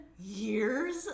years